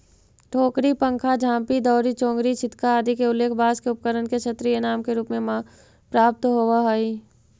टोकरी, पंखा, झांपी, दौरी, चोंगरी, छितका आदि के उल्लेख बाँँस के उपकरण के क्षेत्रीय नाम के रूप में प्राप्त होवऽ हइ